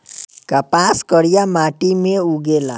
कपास करिया माटी मे उगेला